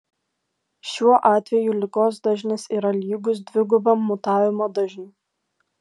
šiuo atveju ligos dažnis yra lygus dvigubam mutavimo dažniui